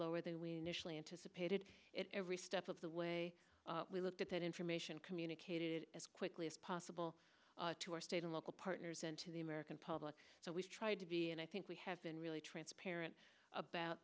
lower than we initially anticipated it every step of the way we looked at that information communicated as quickly as possible to our state and local partners and to the american public so we've tried to be and i think we have been really transparent about